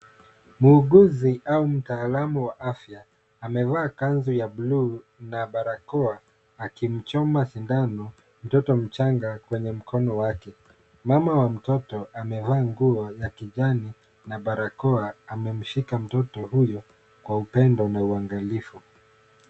Muuguzi au mtaalamu wa afya amevaa kanzu ya bluu na barakoa akimchoma sindano mtoto mchanga kwenye mkono wake. Mama wa mtoto amevaa nguo za kijani na barakoa amemshika mtoto huyo kwa upendo na uangalifu.